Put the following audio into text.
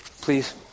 please